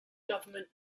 government